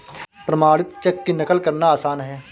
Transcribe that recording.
प्रमाणित चेक की नक़ल करना आसान है